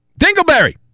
Dingleberry